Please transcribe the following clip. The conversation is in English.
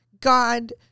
God